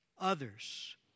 others